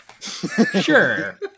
Sure